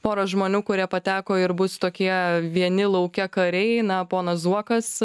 porą žmonių kurie pateko ir bus tokie vieni lauke kariai na ponas zuokas